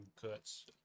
cuts